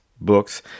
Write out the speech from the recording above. books